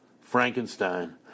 Frankenstein